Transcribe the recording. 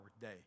day